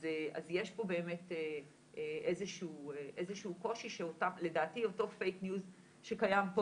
אז יש פה באמת איזשהו קושי שלדעתי אותו fake news שקיים פה,